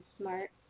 smart